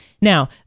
now